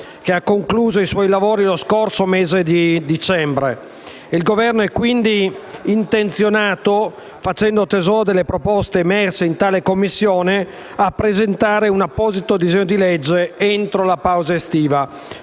che ha concluso i suoi lavori lo scorso mese di dicembre. Il Governo è quindi intenzionato, facendo tesoro delle proposte emerse in tale commissione, a presentare un apposito disegno di legge entro la pausa estiva.